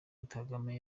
kagame